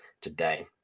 today